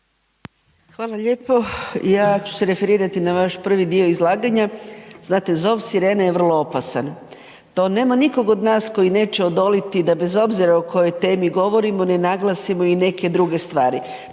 Hvala lijepo. Ja ću se referirati na vaš prvi dio izlaganja. Znate, zov sirene je vrlo opasan. To nema nikog od nas koji neće odoliti da bez obzira o kojoj temi govorimo ne naglasimo i neke druge stvar